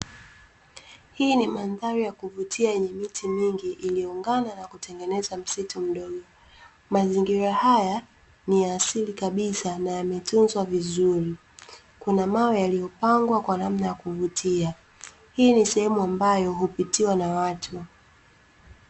Hii ni mandhari ya kuvutia yenye miti mingi iliyoungana na kutengeneza msitu mdogo. Mazingira haya ni ya asilia kabisa na yametunzwa vizuri. Kuna mawe yamepangwa kwa namna ya kuvutia. Hii ni sehemu ambayo hupitiwa na watu.